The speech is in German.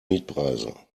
mietpreise